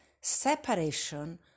separation